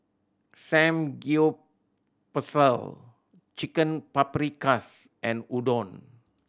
Samgyeopsal Chicken Paprikas and Udon